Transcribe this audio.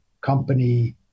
company